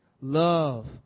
Love